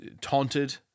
taunted